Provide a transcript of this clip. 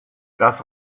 das